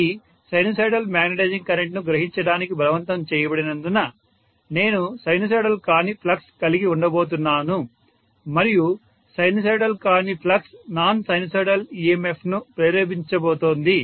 ఇది sinusoidal magnetising కరెంట్ను గ్రహించడానికి బలవంతం చేయబడినందున నేను సైనుసోయిడల్ కాని ఫ్లక్స్ కలిగి ఉండబోతున్నాను మరియు సైనుసోయిడల్ కాని ఫ్లక్స్ నాన్ సైనుసోయిడల్ EMFను ప్రేరేపించబోతోంది